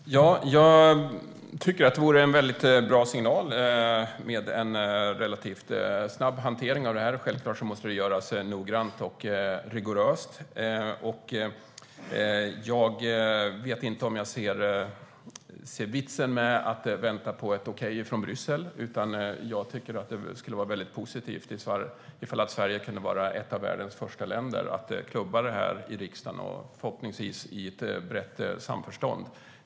Herr talman! Jag tycker att det vore en väldigt bra signal med en relativt snabb hantering av avtalet. Självklart måste det göras noggrant och rigoröst. Jag vet inte om jag ser vitsen med att vänta på ett okej från Bryssel, utan jag tycker att det vore positivt om Sverige kunde vara ett av världens första länder att klubba detta i riksdagen, förhoppningsvis i brett samförstånd.